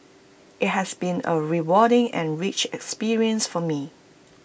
IT has been A rewarding and rich experience for me